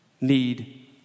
need